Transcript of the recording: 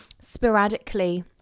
sporadically